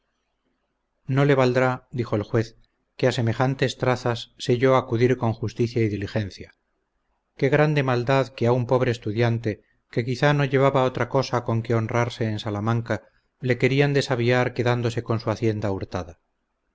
no le valdrá dijo el juez que a semejantes trazas se yo acudir con justicia y diligencia qué grande maldad que a un pobre estudiante que quizá no llevaba otra cosa con que honrarse en salamanca le querían desaviar quedándose con su hacienda hurtada